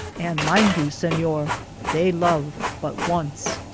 and mind you, senor, they love but once!